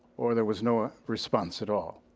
or there was no ah response at all.